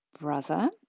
brother